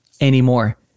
anymore